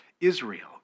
Israel